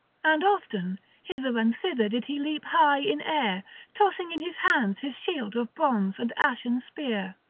and often hither and thither did he leap high in air tossing in his hands his shield of bronze and ashen spear.